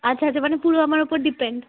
আচ্ছা আচ্ছা মানে পুরো আমার উপর ডিপেন্ড